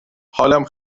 حالم